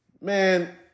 man